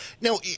Now